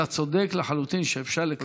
אתה צודק לחלוטין שאפשר לקיים שם,